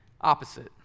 opposite